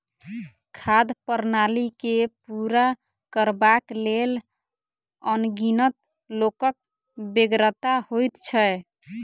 खाद्य प्रणाली के पूरा करबाक लेल अनगिनत लोकक बेगरता होइत छै